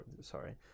sorry